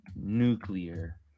nuclear